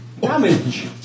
Damage